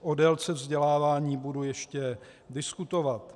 O délce vzdělávání budu ještě diskutovat.